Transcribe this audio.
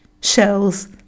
shells